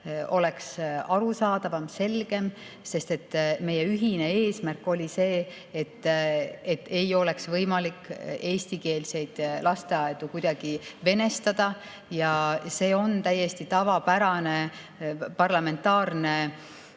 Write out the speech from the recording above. oleks arusaadavam, selgem. Meie ühine eesmärk oli see, et ei oleks võimalik eestikeelseid lasteaedu kuidagi venestada. Ja see on täiesti tavapärane parlamentaarne